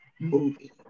movie